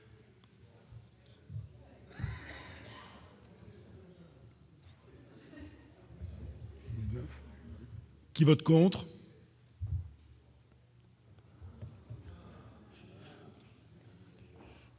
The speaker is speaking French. qui vote contre